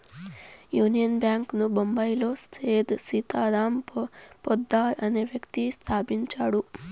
union bank ను బొంబాయిలో సేథ్ సీతారాం పోద్దార్ అనే వ్యక్తి స్థాపించాడు